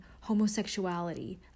homosexuality